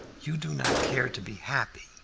you do not care to be happy,